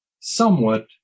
somewhat